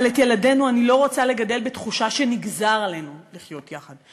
אבל את ילדינו אני לא רוצה לגדל בתחושה שנגזר עלינו לחיות יחד,